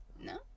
No